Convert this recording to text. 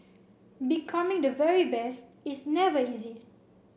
becoming the very best is never easy